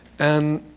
and